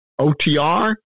OTR